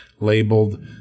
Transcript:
labeled